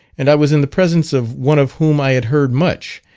and i was in the presence of one of whom i had heard much,